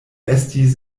estis